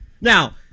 Now